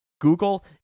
Google